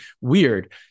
Weird